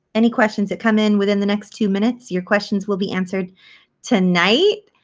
any questions that come in within the next two minutes, your questions will be answered tonight.